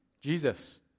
Jesus